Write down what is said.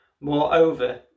Moreover